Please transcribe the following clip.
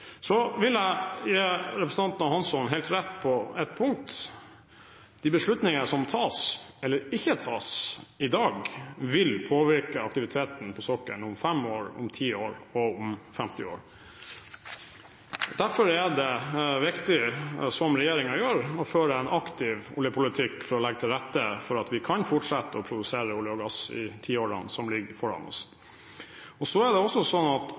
Så vil jeg gi representanten Hansson helt rett på ett punkt: De beslutninger som tas i dag, eller ikke tas, vil påvirke aktiviteten på sokkelen om 5 år, 10 år og om 50 år. Derfor er det viktig, som regjeringen gjør, å føre en aktiv oljepolitikk for å legge til rette for at vi kan fortsette å produsere olje og gass i tiårene som ligger foran oss. Så er viktig å huske når man diskuterer denne typen spørsmål, at det ikke er sånn at